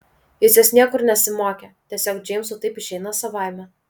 jis jos niekur nesimokė tiesiog džeimsui taip išeina savaime